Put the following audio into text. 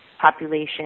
population